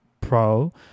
Pro